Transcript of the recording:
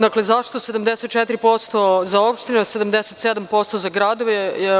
Dakle, zašto 74% za opštine, a 77% za gradove?